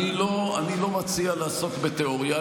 אני לא מציע לעסוק בתיאוריה.